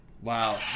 Wow